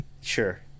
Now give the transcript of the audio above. Sure